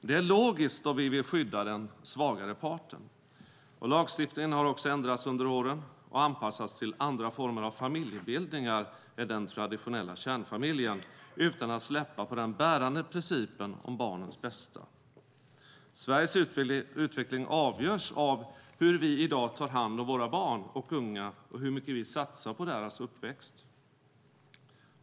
Det är logiskt, då vi vill skydda den svagare parten. Lagstiftningen har också ändrats under åren och anpassats till andra former av familjebildningar än den traditionella kärnfamiljen utan att släppa på den bärande principen om barnets bästa. Sveriges utveckling avgörs av hur vi i dag tar hand om våra barn och unga och hur mycket vi satsar på deras uppväxt.